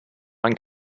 man